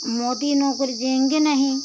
मोदी नौकरी देंगे नहीं